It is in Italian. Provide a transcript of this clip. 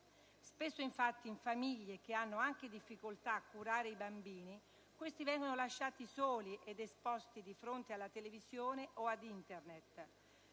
Spesso, infatti, in famiglie che hanno anche difficoltà a curare i bambini, questi vengono lasciati soli ed esposti di fronte alla televisione o ad Internet.